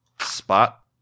spot